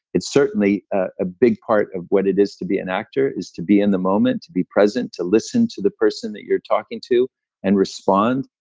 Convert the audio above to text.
it's certainly a big part of what it is to be an actor, is to be in the moment, to be present, to listen to the person that you're talking to and respond.